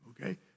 Okay